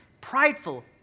prideful